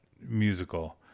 musical